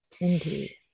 Indeed